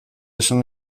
esan